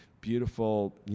beautiful